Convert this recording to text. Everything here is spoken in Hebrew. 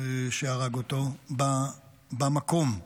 שהרג אותו במקום.